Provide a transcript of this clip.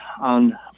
on